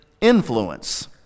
influence